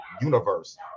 Universe